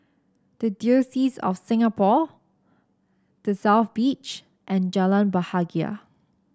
the Diocese of Singapore The South Beach and Jalan Bahagia